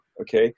Okay